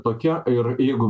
tokia ir jeigu